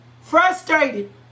Frustrated